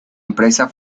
empresa